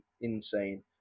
insane